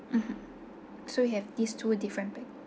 mmhmm so you have these two different pi~